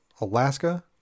Alaska